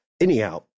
Anyhow